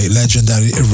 legendary